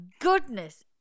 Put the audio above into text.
goodness